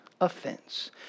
offense